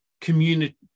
community